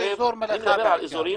אני מדבר על אזורים,